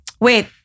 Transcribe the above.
Wait